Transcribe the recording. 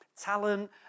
talent